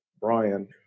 Brian